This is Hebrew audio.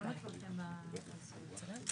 התנהלות המשטרה והפרקליטות